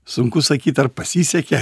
sunku sakyt ar pasisekė